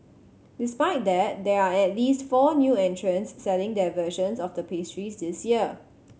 despite that there are at least four new entrants selling their versions of the pastries this year